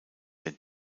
den